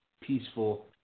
peaceful